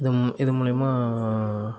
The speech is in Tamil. இதுவும் இது மூலியுமாக